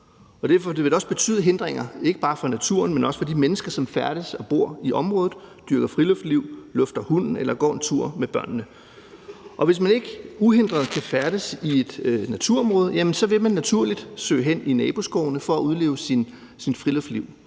det også betyde hindringer, ikke bare for naturen, men også for de mennesker, som færdes og bor i området, dyrker friluftsliv, lufter hunden eller går en tur med børnene. Hvis man ikke uhindret kan færdes i et naturområde, vil man naturligt søge hen i naboskovene for at udleve sit friluftsliv,